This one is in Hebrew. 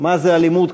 מה זה אלימות,